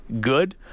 good